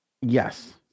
yes